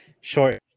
short